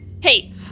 Hey